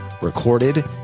recorded